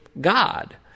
God